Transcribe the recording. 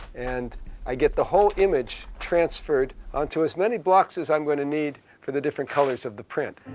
and i get the whole image transferred onto as many blocks as i'm going to need for the different colors of the print.